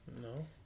No